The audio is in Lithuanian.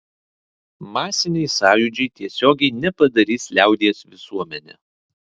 masiniai sąjūdžiai tiesiogiai nepadarys liaudies visuomene